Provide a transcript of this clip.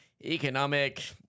Economic